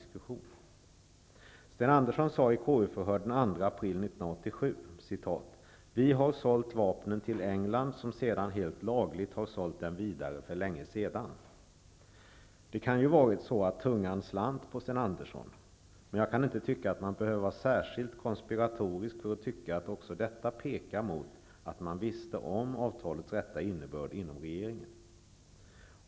Sten Andersson sade vid KU-förhör den 2 april 1987: ''Vi har sålt vapnen till England, som sedan helt lagligt har sålt dem vidare för länge sedan.'' Det kan ju ha varit så, att tungan slant på Sten Andersson, men jag kan inte tycka att man behöver vara särskilt konspiratorisk för att anse att också detta vittnar om att man inom regeringen kände till avtalets rätta innebörd.